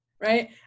right